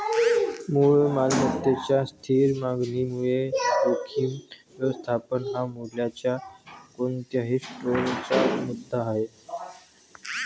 मूळ मालमत्तेच्या स्थिर मागणीमुळे जोखीम व्यवस्थापन हा मूल्याच्या कोणत्याही स्टोअरचा मुद्दा आहे